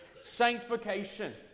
sanctification